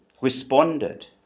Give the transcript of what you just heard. responded